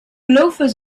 loafers